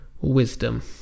wisdom